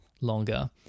longer